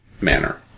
manner